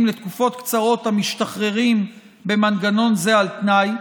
לתקופות קצרות המשתחררים במנגנון זה על תנאי,